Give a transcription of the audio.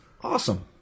Awesome